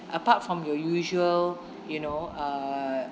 apart from your usual you know uh